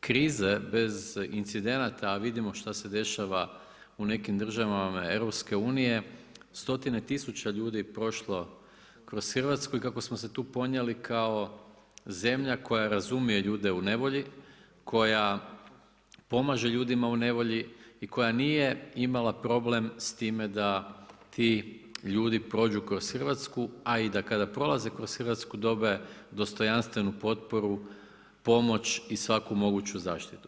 krize, bez incidenata a vidimo šta se dešava u nekim državama Europske unije stotine tisuća ljudi je prošlo kroz Hrvatsku i kako smo se tu ponijeli kao zemlja koja razumije ljude u nevolji, koja pomaže ljudima u nevolji i koja nije imala problem s time da ti ljudi prođu kroz Hrvatsku a i da kada prolaze kroz Hrvatsku dobe dostojanstvenu potporu, pomoć i svaku moguću zaštitu.